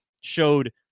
showed